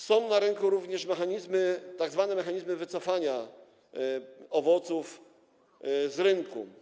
Są na rynku również mechanizmy, tzw. mechanizmy wycofania owoców z rynku.